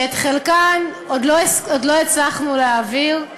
שאת חלקן עוד לא הצלחנו להעביר,